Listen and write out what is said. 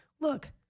look